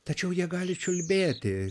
tačiau jie gali čiulbėti